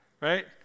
right